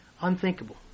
unthinkable